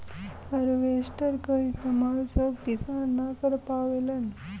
harvester क इस्तेमाल सब किसान न कर पावेलन